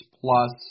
plus